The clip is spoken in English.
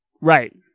Right